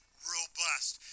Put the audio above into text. Robust